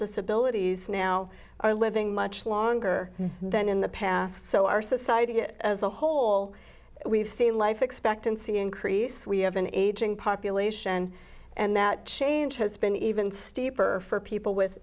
disabilities now are living much longer than in the past so our society as a whole we've seen life expectancy increase we have an aging population and that change has been even steeper for people with